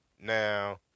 Now